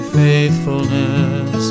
faithfulness